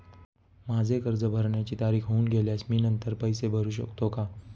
माझे कर्ज भरण्याची तारीख होऊन गेल्यास मी नंतर पैसे भरू शकतो का?